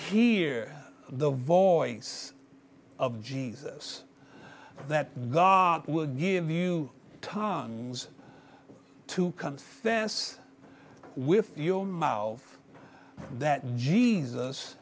hear the voice of jesus that god will give you tongs to come there's with your mouth that jesus